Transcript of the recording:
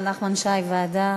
נחמן שי, ועדה.